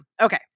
Okay